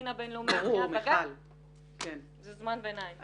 מבחינת הדין הבין-לאומי ומבחינת הבג"ץ זה זמן ביניים?